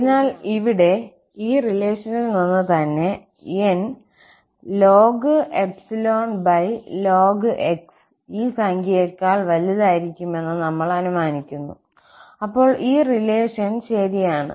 അതിനാൽ ഇവിടെ ഈ റിലേഷനിൽ നിന്ന് തന്നെ n x ഈ സംഖ്യയേക്കാൾ വലുതായിരിക്കുമെന്ന് നമ്മൾ അനുമാനിക്കുന്നു അപ്പോൾ ഈ റിലേഷൻ ശരിയാണ്